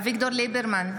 אביגדור ליברמן,